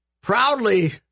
proudly